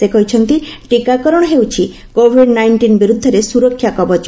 ସେ କହିଛନ୍ତି ଟିକାକରଣ ହେଉଛି କୋଭିଡ ନାଇଷ୍ଟିନ ବିରୁଦ୍ଧରେ ସୁରକ୍ଷା କବଚ